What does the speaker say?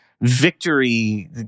Victory